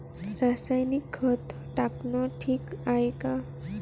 रासायनिक खत टाकनं ठीक हाये का?